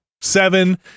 seven